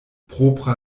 propra